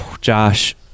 Josh